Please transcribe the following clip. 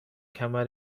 کمر